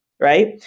right